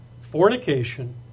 fornication